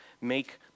make